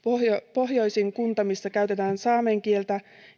pohjoisin kunta missä käytetään saamen kieltä